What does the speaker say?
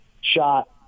shot